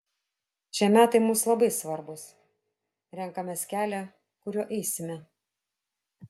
šie metai mums labai svarbūs renkamės kelią kuriuo eisime